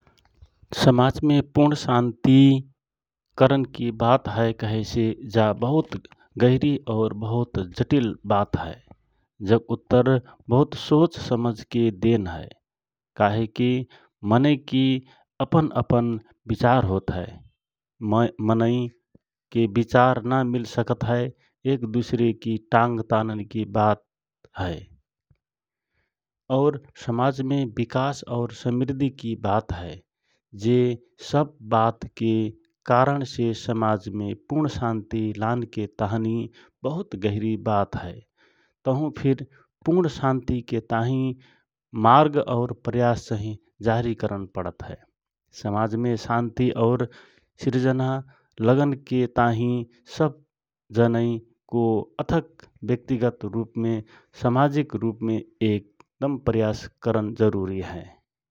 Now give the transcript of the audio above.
समाजमे पुर्ण शान्ति करन की बात हए कहे से जा बहुत गाह्रि और बहुत जटिल । बात हए जक उत्तर बहुत सोच समझ के देन हए काहेकी मनइ की अपन अपन विचार होत हए । मनै मनै के विचार न मिल सकता हए । एक दूसरे की टांग तान की बानी हए । और समाजमे विकास और समृद्धि की बात हए। जे सब बात के कारण से समाज में पूर्ण शांति लानके ताँहनि बहुत गहरी बात हए तहु फिर पूर्ण शांति के ताँहि मार्ग और प्रयास चहि जारी करन पडहए । समाज में शांति और सृजन, लानके ताँहि सब जनइ को अथक व्यक्तिगत रूप में सामाजिक रूप मे एक दम प्रयास करन जरूरी हए ।